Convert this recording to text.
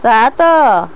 ସାତ